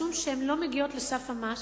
משום שהן לא מגיעות לסף המס